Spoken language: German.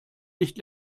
nicht